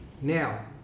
Now